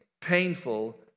painful